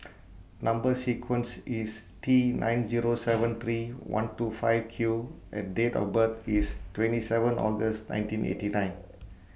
Number sequence IS T nine Zero seven three one two five Q and Date of birth IS twenty seven August nineteen eighty nine